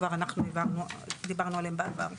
אנחנו כבר דיברנו עליהם בעבר.